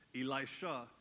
Elisha